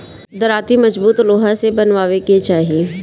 दराँती मजबूत लोहा से बनवावे के चाही